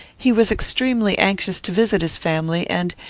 he was extremely anxious to visit his family, and,